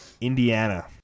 Indiana